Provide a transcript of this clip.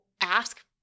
ask